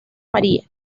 maría